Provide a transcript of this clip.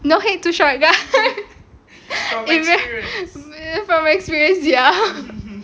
no hate to short guys from experience ya